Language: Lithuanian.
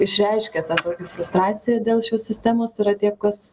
išreiškia tą tokią frustraciją dėl šios sistemos yra tie kas